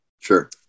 Sure